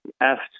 asked